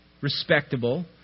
respectable